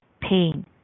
pain